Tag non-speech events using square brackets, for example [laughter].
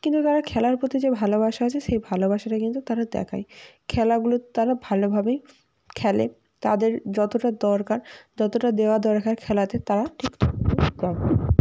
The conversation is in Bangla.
কিন্তু তারা খেলার প্রতি যে ভালোবাসা আছে সেই ভালোবাসাটা কিন্তু তারা দেখায় খেলাগুলো তারা ভালোভাবেই খেলে তাদের যতটা দরকার যতটা দেওয়া দরকার খেলাতে তারা ঠিক [unintelligible] দেয়